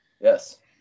Yes